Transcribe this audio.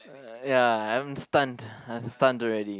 uh ya I'm stunned I'm stunned already